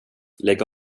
lägg